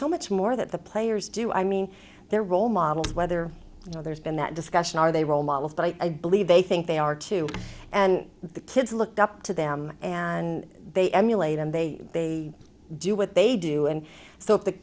so much more that the players do i mean their role models whether you know there's been that discussion are they role models but i believe they think they are two and the kids looked up to them and they emulate and they they do what they do and so if the